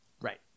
Right